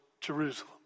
Jerusalem